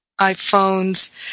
iPhones